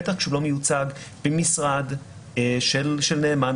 בטח כשהוא לא מיוצג במשרד של נאמן,